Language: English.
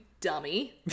dummy